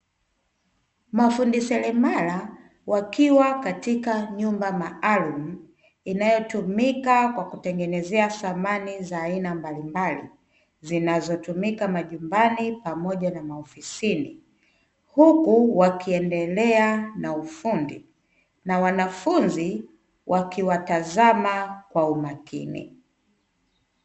Mafundi seremala wakiwa katika nyumba maalumu inayotumika kwa kutengenezea samani za aina mbalimbali zinazotumika majumbani pamoja na maofisini, huku wakiendelea na ufundi na wanafunzi wakiwatazama kwa umakini.